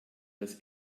das